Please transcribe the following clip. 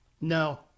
No